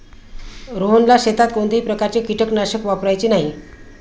रोहनला शेतात कोणत्याही प्रकारचे कीटकनाशक वापरायचे नाही